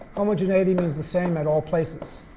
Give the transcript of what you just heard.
homogeneity means the same at all places.